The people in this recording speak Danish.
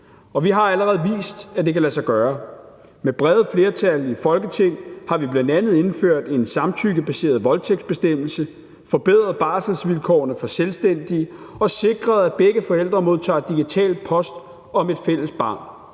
Vi har allerede vist, at det kan lade sig gøre. Med brede flertal i Folketinget har vi bl.a. indført en samtykkebaseret voldtægtsbestemmelse, forbedret barselsvilkårene for selvstændige og sikret, at begge forældre modtager digital post om et fælles barn.